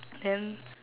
then